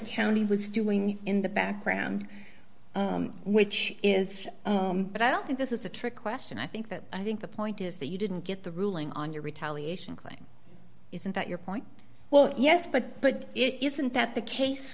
county was doing in the background which is that i don't think this is a trick question i think that i think the point is that you didn't get the ruling on your retaliation claim isn't that your point well yes but but it isn't that the case